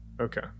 Okay